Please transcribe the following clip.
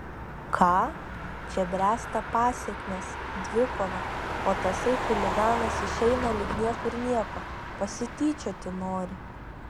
ką čia bręsta pasekmės dvikova o tasai chuliganas išeina lyg niekur nieko pasityčioti nori